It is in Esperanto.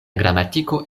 gramatiko